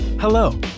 Hello